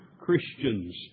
Christians